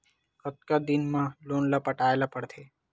कतका दिन मा लोन ला पटाय ला पढ़ते?